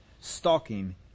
stalking